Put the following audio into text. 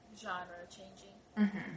genre-changing